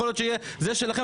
יכול להיות שזה יהיה זה שלכם,